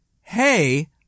hey